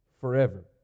forever